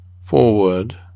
forward